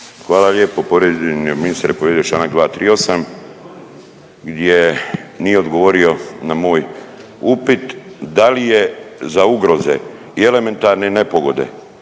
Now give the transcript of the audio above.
Hvala lijepo. Povrijeđen je, ministar je povrijedio Članak 238. gdje nije odgovorio na moj upit da li je za ugroze i elementarne nepogode